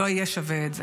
לא יהיו שווים את זה.